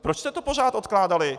Proč jste to pořád odkládali?